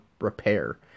repair